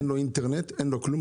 אין בו אינטרנט, אין בו כלום.